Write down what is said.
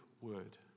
word